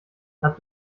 habt